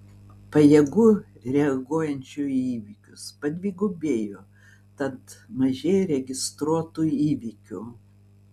pajėgų reaguojančių į įvykius padvigubėjo tad mažėja registruotų įvykių